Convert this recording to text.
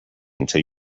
until